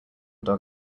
dog